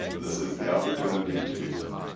this is the opportunity to do so.